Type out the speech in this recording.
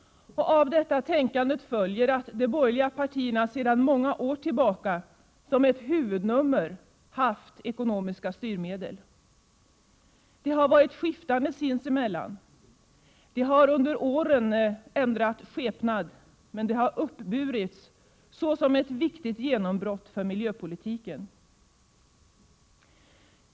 Av detta tänkande följer att de borgerliga partierna sedan många år tillbaka som ett huvudnummer haft ekonomiska styrmedel. De har varit skiftande sinsemellan, de har under åren ändrat skepnad men de har uppburits såsom ett viktigt genombrott för miljöpolitiken.